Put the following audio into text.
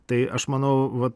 tai aš manau vat